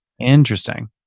Interesting